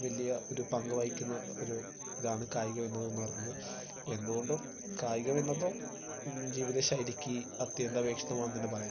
വലിയ ഒരു പങ്കുവഹിക്കുന്ന ഒരു ഇതാണ് കായിക വിനോദം എന്നുപറയുന്നത് എന്തുകൊണ്ടും കായിക വിനോദം ജീവിതശൈലിക്ക് അത്യന്താപേക്ഷിതമാണെന്ന് തന്നെ പറയാം